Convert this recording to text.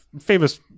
famous